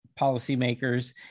policymakers